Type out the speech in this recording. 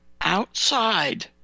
outside